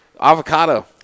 Avocado